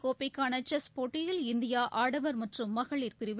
கோப்பைக்கான செஸ் போட்டியில் இந்தியா ஆடவர் மற்றும் மகளிர் பிரிவில்